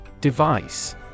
Device